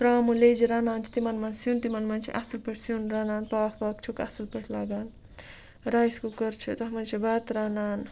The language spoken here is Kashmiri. تراموٗ لیٚجہِ رَنان چھِ تِمَن مَنٛز سیُن تِمَن مَنٛز چھِ اَصل پٲٹھۍ سیُن رَنان پاکھ واکھ چھُکھ اَصل پٲٹھۍ لَگان رایِس کُکَر چھِ تَتھ مَنٛز چھِ بَتہٕ رَنان